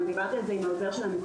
גם דיברתי על זה עם העוזר של המציע.